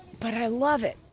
but i love it.